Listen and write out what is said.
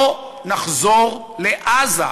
לא נחזור לעזה,